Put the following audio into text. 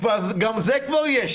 גם זה כבר יש.